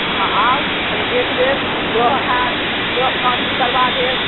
अहाँ आउ हम देख देब ग्रह हैत ग्रह शान्ति करबा देब